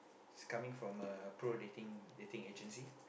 is coming from a pro dating dating agency